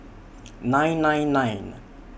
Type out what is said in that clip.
nine nine nine